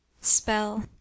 spell